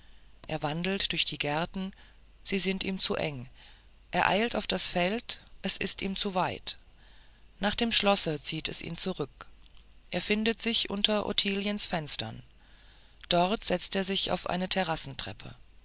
er wandelt durch die gärten sie sind ihm zu enge er eilt auf das feld und es wird ihm zu weit nach dem schlosse zieht es ihn zurück er findet sich unter ottiliens fenstern dort setzt er sich auf eine